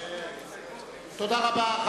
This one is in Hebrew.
תודה רבה.